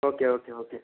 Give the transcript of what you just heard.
okay okay okay